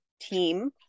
team